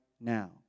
now